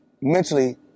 mentally